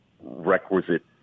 requisite